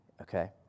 Okay